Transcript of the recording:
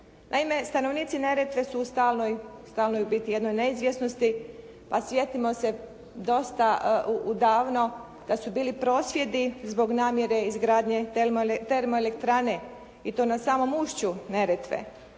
Naime stanovnici Neretve su u stalnoj, u stalnoj u biti jednoj neizvjesnosti pa sjetimo se dosta davno da su bili prosvjedi zbog namjere izgradnje termoelektrane i to na samom ušću Neretve.